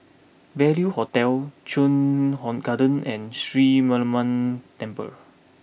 Value Hotel Chuan Garden and Sri Mariamman Temple